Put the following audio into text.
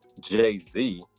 Jay-Z